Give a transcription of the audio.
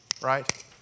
right